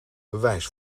bewijs